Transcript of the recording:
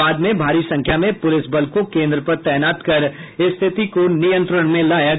बाद में भारी संख्या में पुलिस बलों को केन्द्र पर तैनात कर स्थिति को नियंत्रण में लाया गया